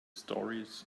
stories